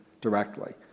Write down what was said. directly